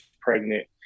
pregnant